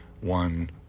one